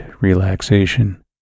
relaxation